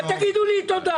אל תגידו לי תודה.